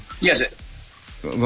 yes